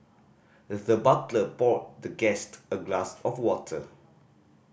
the butler poured the guest a glass of water